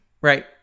right